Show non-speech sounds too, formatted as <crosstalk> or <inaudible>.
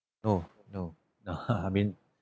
no no <laughs> I mean